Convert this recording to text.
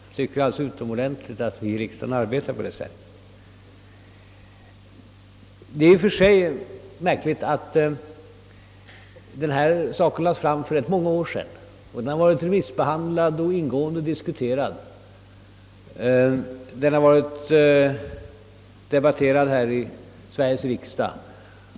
Jag tycker det är utomordentligt att vi i riksdagen arbetar på det sättet. Situationen är i och för sig märklig. Saken aktualiserades för rätt många år sedan, och frågan har remissbehandlats och ingående diskuterats även här i Sveriges riksdag.